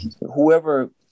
whoever